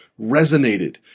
resonated